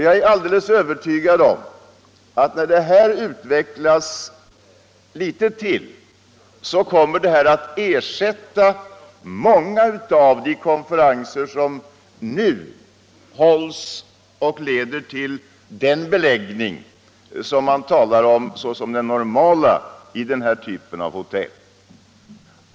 Jag är alldeles övertygad om att när det här systemet utvecklats litet till kommer det att ersätta många av de konferenser som nu hålls och som leder till den beläggning som man talar om såsom det normala i den här typen av hotell.